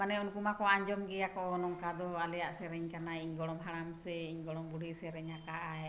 ᱢᱟᱱᱮ ᱩᱱᱠᱩ ᱢᱟᱠᱚ ᱟᱸᱡᱚᱢ ᱜᱮᱭᱟᱠᱚ ᱱᱚᱝᱠᱟᱫᱚ ᱟᱞᱮᱭᱟᱜ ᱥᱮᱨᱮᱧ ᱠᱟᱱᱟ ᱤᱧ ᱜᱚᱲᱚᱢ ᱦᱟᱲᱟᱢ ᱥᱮ ᱤᱧ ᱜᱚᱲᱚᱢ ᱵᱩᱰᱷᱤ ᱥᱮᱨᱮᱧ ᱠᱟᱜ ᱟᱭ